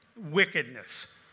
wickedness